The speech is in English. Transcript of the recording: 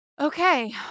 Okay